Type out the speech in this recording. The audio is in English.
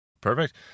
Perfect